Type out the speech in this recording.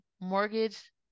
mortgage